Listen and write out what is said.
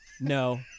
no